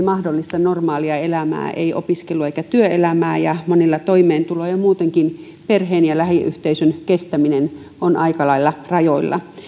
mahdollista normaalia elämää ei opiskelua eikä työelämää ja monilla toimeentulo ja ja muutenkin perheen ja lähiyhteisön kestäminen on aika lailla rajoilla